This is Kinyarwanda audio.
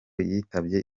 yitabye